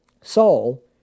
Saul